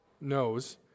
knows